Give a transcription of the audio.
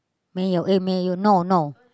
没有 eh 没有 no no